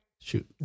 Shoot